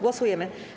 Głosujemy.